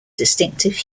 distinctive